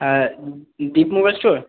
হ্যাঁ Deep mobile store